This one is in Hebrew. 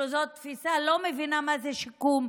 שזו תפיסה שלא מבינה מה זה שיקום,